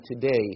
today